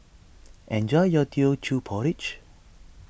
enjoy your Teochew Porridge